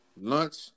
lunch